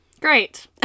Great